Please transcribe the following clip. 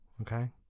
okay